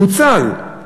פוצל.